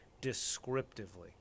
descriptively